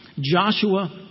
Joshua